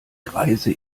greise